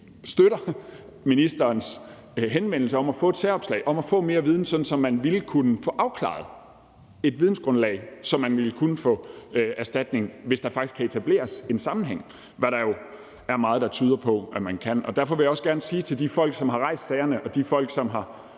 støtter ministerens henvendelse om at få et særopslag og om at få mere viden, så vi kan få det afklaret og få et vidensgrundlag, sådan at man vil kunne få erstatning, hvis der faktisk kan etableres en sammenhæng, hvad der jo er meget der tyder på der kan. Derfor vil jeg også gerne sige til de folk, som har rejst sagerne, og de folk, som har